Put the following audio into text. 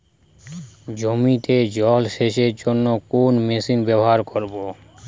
জমিতে জল সেচের জন্য কোন মেশিন ব্যবহার করব?